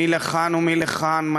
מי לכאן ומי לכאן.